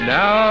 Now